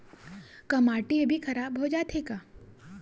का माटी ह भी खराब हो जाथे का?